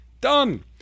Done